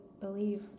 believe